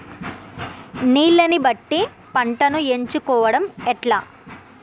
నీళ్లని బట్టి పంటను ఎంచుకోవడం ఎట్లా?